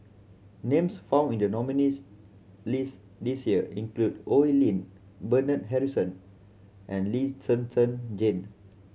names found in the nominees' list this year include Oi Lin Bernard Harrison and Lee Zhen Zhen Jane